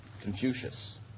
Confucius